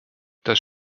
dass